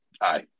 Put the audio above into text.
Aye